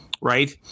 right